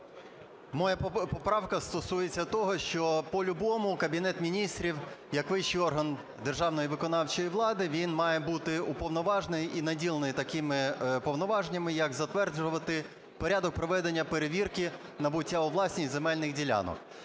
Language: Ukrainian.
Моя поправка стосується того, що по-любому Кабінет Міністрів як вищий орган державної виконавчої влади, він має бути уповноважений і наділений такими повноваженнями, як затверджувати порядок проведення перевірки набуття у власність земельних ділянок.